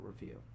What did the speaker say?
review